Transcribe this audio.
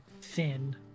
thin